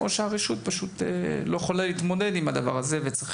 או שהרשות לא יכולה להתמודד עם הדבר הזה וצריך